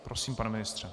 Prosím, pane ministře.